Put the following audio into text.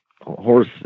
horse